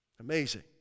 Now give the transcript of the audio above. Amazing